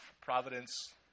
Providence